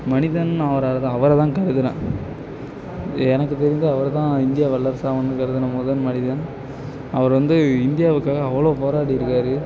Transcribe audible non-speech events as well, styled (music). மனிதன் அவர் (unintelligible) அவரை தான் கருதுகிறேன் எனக்கு தெரிந்து அவரை தான் இந்தியா வல்லரசு ஆகணுங்கிறத நான் முத மனிதன் அவர் வந்து இந்தியாவுக்காக அவ்வளோ போராடிருக்கார்